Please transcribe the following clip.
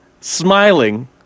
smiling